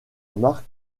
marques